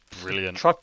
brilliant